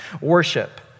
worship